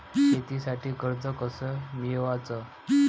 शेतीसाठी कर्ज कस मिळवाच?